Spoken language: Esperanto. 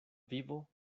vivo